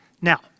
Now